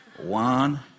One